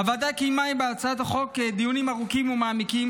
הוועדה קיימה דיונים ארוכים ומעמיקים